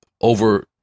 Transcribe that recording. over